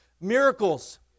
Miracles